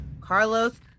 Carlos